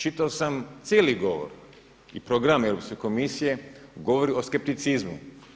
Čitao sam cijeli govor i program Europske komisije, govori o skepticizmu.